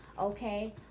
okay